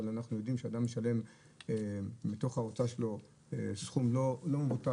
אבל אנחנו יודעים שאדם משלם מתוך ההוצאה שלו סכום לא מבוטל